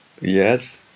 Yes